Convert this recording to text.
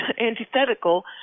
antithetical